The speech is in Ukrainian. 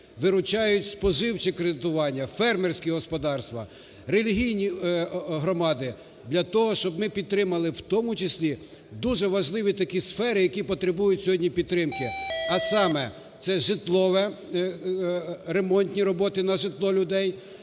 виручають споживче кредитування, фермерські господарства, релігійні громади для того, щоб ми підтримали, в тому числі дуже важливі такі сфери, які потребують сьогодні підтримки, а саме, це житлове... ремонтні роботи на житло людей.